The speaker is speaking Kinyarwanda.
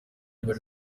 bari